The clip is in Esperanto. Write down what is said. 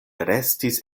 restis